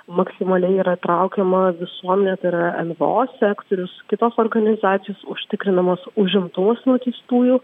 maksimaliai yra traukiama visuomenė tai yra nvo sektorius kitos organizacijos užtikrinamas užimtumas nuteistųjų